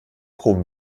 proben